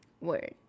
word